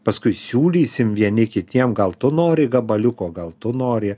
paskui siūlysim vieni kitiem gal tu nori gabaliuko gal tu nori